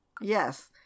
yes